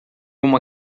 uma